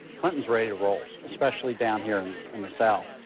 clinton's ready to roll, especially down here in and the south.